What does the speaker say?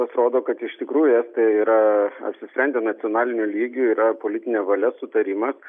atrodo kad iš tikrųjų yra apsisprendę nacionaliniu lygiu yra politinė valia sutarimas